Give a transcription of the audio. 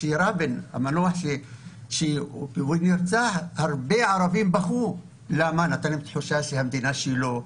כשרבין נרצח הרבה ערבים בכו כי הוא נתן להם תחושה שהמדינה שלהם.